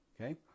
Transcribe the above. Okay